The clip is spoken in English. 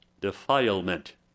defilement